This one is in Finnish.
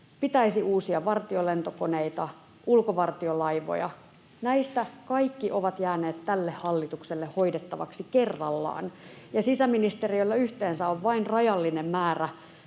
Pitäisi uusia vartiolentokoneita, ulkovartiolaivoja. Näistä kaikki ovat jääneet tälle hallitukselle hoidettavaksi kerrallaan, ja sisäministeriöllä yhteensä on vain rajallinen määrä